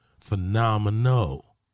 phenomenal